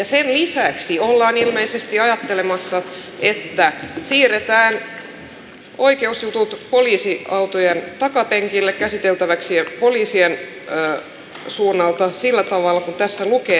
sen lisäksi ollaan ilmeisesti ajattelemassa että siirretään oikeusjutut poliisiautojen takapenkille käsiteltäviksi ja poliisien suunnalta sillä tavalla kuin tässä lukee